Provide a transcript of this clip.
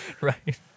right